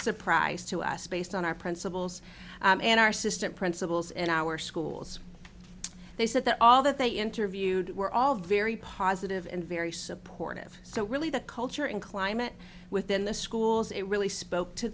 surprise to us based on our principals and our system principals in our schools they said that all that they interviewed were all very positive and very supportive so really the culture in climate within the schools it really spoke to